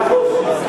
מאה אחוז.